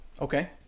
Okay